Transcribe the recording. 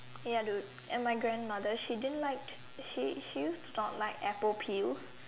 ya dude and my grandmother she didn't like she she used not like apple peel